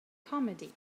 comedy